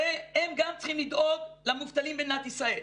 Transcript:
הרי הם גם צריכים לדאוג למובטלים במדינת ישראל.